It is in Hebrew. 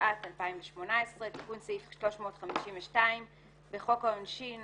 התשע"ט-2018 תיקון סעיף 352 1. בחוק העונשין,